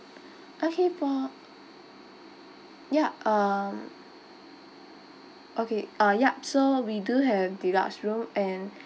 okay fo~ ya um okay uh ya so we do have deluxe room and